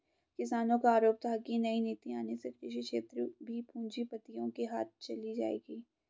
किसानो का आरोप था की नई नीति आने से कृषि क्षेत्र भी पूँजीपतियो के हाथ चली जाएगी